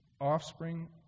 offspring